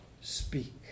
speak